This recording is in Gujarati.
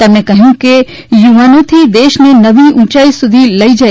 તેમણે કહ્યું કે યુવાનોથી દેશને નવી ઊંચાઇ સુધી લઇને જાય